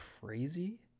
crazy